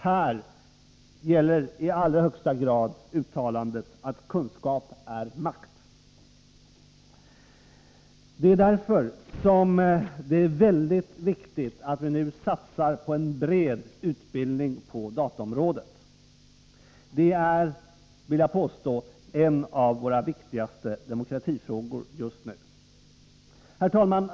Här gäller i allra högsta grad uttalandet att kunskap är makt. Det är därför som det är väldigt viktigt att vi nu satsar på en bred utbildning på dataområdet. Det är, vill jag påstå, en av våra viktigaste demokratifrågor just nu. Herr talman!